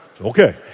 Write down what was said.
okay